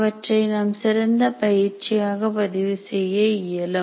அவற்றை நாம் சிறந்த பயிற்சியாக பதிவு செய்ய இயலும்